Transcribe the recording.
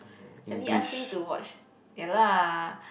Sandy ask me to watch ya lah